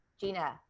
gina